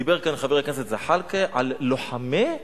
דיבר כאן חבר הכנסת זחאלקה על "לוחמי שלום".